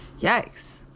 Yikes